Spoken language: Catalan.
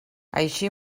així